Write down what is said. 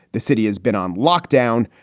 the city has been on lockdown,